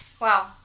wow